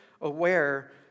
aware